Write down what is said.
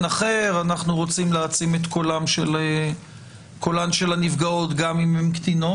אחר ואנחנו רוצים להעצים את קולן של הנפגעות גם אם הן קטינות.